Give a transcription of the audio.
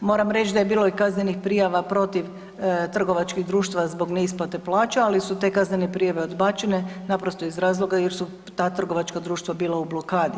Moram reći da je bilo i kaznenih prijava protiv trgovačkih društva zbog neisplate plaća, ali su te kaznene prijave odbačene naprosto iz razloga jer su ta trgovačka društva bila u blokadi.